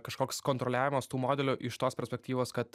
kažkoks kontroliavimas tų modelių iš tos perspektyvos kad